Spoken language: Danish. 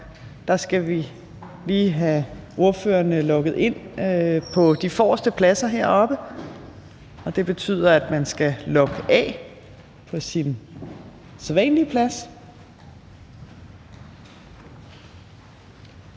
der skal vi lige have ordførerne logget ind på de forreste pladser heroppe. Det betyder, at man skal logge af på sin sædvanlige plads.